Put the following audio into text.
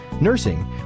nursing